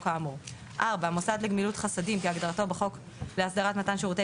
האמור; מוסד לגמילות חסדים כהגדרתו בחוק להסדרת מתן שירותי